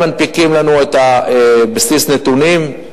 הם מנפיקים לנו את בסיס הנתונים.